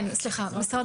עם משרד